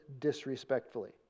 disrespectfully